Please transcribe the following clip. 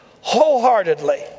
wholeheartedly